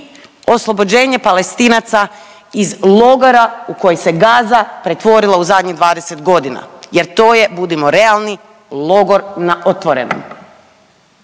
oslobođenje Palestinaca iz logora u koji se Gaza pretvorila u zadnjih 20 godina jer to je budimo realni logor na otvorenom.